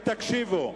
ותקשיבו.